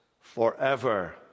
forever